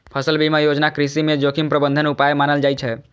फसल बीमा योजना कृषि मे जोखिम प्रबंधन उपाय मानल जाइ छै